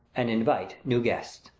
and invite new guests.